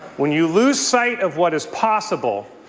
when you lose site of what is possible,